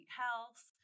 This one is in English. health